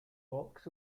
box